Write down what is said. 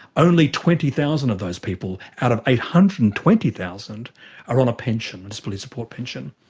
only twenty thousand of those people out of eight hundred and twenty thousand are on a pension, a disability support pension.